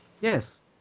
Yes